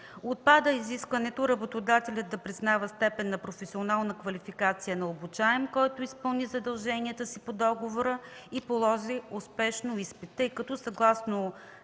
Отпада изискването работодателят да признава степен на професионална квалификация на обучаем, който изпълни задълженията си по договора и положи успешно изпит, тъй като съгласно